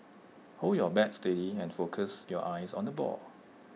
hold your bat steady and focus your eyes on the ball